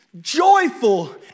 joyful